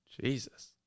Jesus